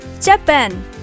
Japan